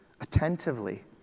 Attentively